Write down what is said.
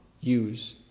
use